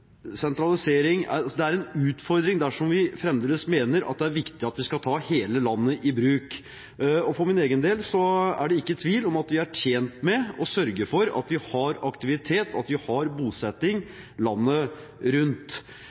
Sentralisering er en utfordring dersom vi fremdeles mener at det er viktig å ta hele landet i bruk. For min egen del er det ikke tvil om at vi er tjent med å sørge for at vi har aktivitet og bosetting landet rundt.